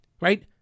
right